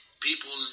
People